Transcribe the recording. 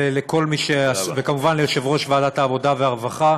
ולכל מי, וכמובן ליושב-ראש ועדת העבודה והרווחה.